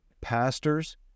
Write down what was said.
pastors